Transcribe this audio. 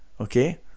Okay